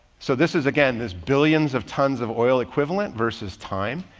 so this is again, this billions of tons of oil equivalent versus time.